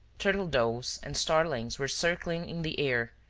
turtle-doves and starlings were circling in the air,